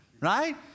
right